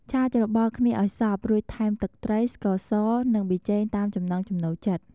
ឆាច្របល់គ្នាឱ្យសព្វ រួចថែមទឹកត្រី ស្ករស និងប៊ីចេងតាមចំណង់ចំណូលចិត្ត។